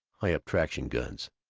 high-up traction guns!